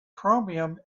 chromium